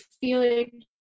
feeling